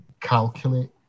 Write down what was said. calculate